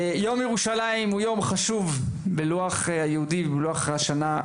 יום ירושלים זה יום חשוב בלוח השנה היהודי ראוי